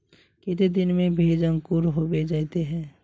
केते दिन में भेज अंकूर होबे जयते है?